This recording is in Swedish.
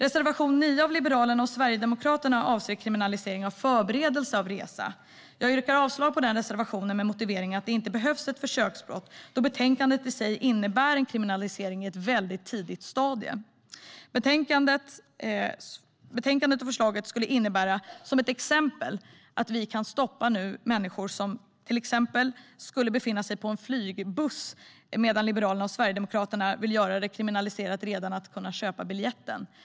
Reservation 9 av Liberalerna och Sverigedemokraterna avser kriminalisering av förberedelse av resa. Jag yrkar avslag på reservationen med motiveringen att det inte behövs ett försöksbrott då betänkandet i sig innebär en kriminalisering i ett tidigt stadium. Betänkandets förslag skulle innebära att vi exempelvis ska kunna stoppa människor som befinner sig på en flygbuss, medan Liberalerna och Sverigedemokraterna vill göra det kriminaliserat redan att köpa biljetten.